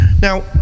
Now